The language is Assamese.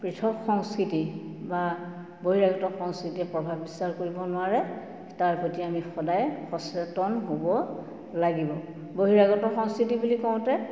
পৃথক সংস্কৃতি বা বহিৰাগত সংস্কৃতি প্ৰভাৱ বিস্তাৰ কৰিব নোৱাৰে তাৰ প্ৰতি আমি সদায় সচেতন হ'ব লাগিব বহিৰাগত সংস্কৃতি বুলি কওঁতে